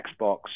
Xbox